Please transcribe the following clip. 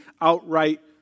outright